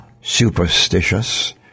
superstitious